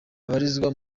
babarizwa